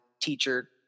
teacher